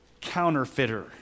counterfeiter